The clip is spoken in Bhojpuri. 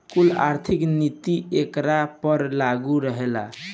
कुल आर्थिक नीति एकरा पर लागू रहेला